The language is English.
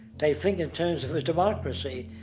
they think in terms of a democracy,